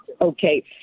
okay